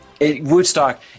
Woodstock